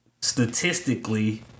statistically